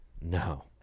no